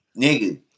nigga